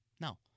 No